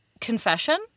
confession